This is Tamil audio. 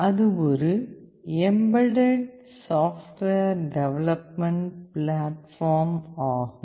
அது ஒரு எம்பெட்டட் சாஃப்ட்வேர் டெவலப்மென்ட் பிளாட்பார்ம் ஆகும்